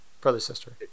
Brother-sister